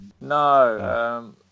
no